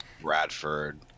bradford